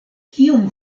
kiom